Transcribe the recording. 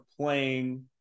playing